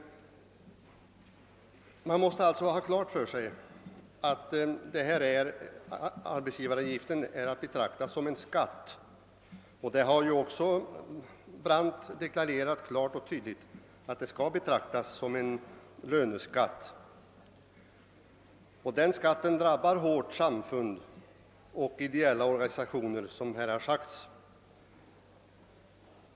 Man måste ha klart för sig att arbetsgivaravgiften är att betrakta som en löneskatt. Att så är förhållandet har ju också herr Brandt klart och tydligt deklarerat. Som här har sagts drabbas kyrkliga samfund och andra ideella organisationer hårt av denna skatt.